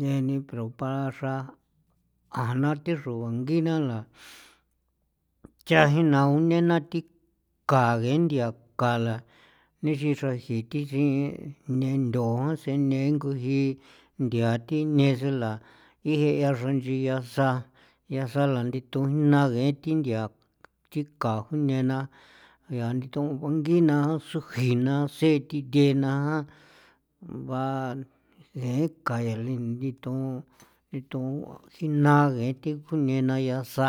neni propa xra jaa'na thi xro bangina la cha jien na unena thika ngee nthia kala nixi xra jii thi sii nendo sene nguji nthia thi ne senla ijean xranchi yasa yasa la ninthu jnaa ngee thi nthia thika june na nyaa ndithon bangi na sujina see thi theenaja ba ngee kan lithon lithon jina ngee thi june na yaa sa.